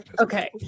okay